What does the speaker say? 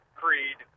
creed